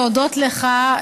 להודות לך,